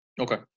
okay